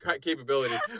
capabilities